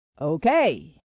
Okay